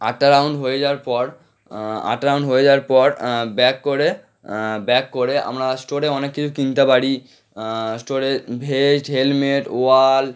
আটটা রাউন্ড হয়ে যাওয়ার পর আটটা রাউন্ড হয়ে যাওয়ার পর ব্যাক করে ব্যাক করে আমরা স্টোরে অনেক কিছু কিনতে পারি স্টোরে ভেস্ট হেলমেট ওয়াল